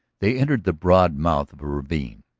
they entered the broad mouth of a ravine,